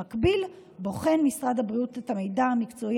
במקביל בוחן משרד הבריאות את המידע המקצועי